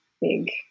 big